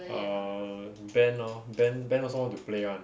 err ben lor ben ben also want to play [one]